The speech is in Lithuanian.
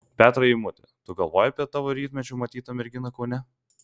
petrai eimuti tu galvoji apie tavo rytmečiu matytą merginą kaune